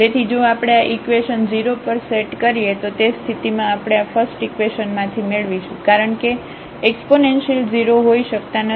તેથી જો આપણે આ ઇકવેશન 0 પર સેટ કરીએ તો તે સ્થિતિમાં આપણે આ ફસ્ટઇકવેશન માંથી મેળવીશું કારણ કે એકસપોનેન્સિલ0 હોઈ શકતા નથી